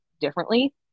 differently